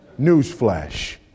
Newsflash